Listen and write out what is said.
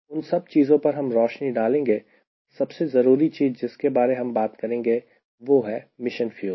उन सब चीजों पर भी हम रोशनी डालेंगे पर सबसे जरूरी चीज जिसके बारे हम बात करेंगे वो है मिशन फ्यूल